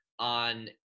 on